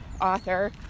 author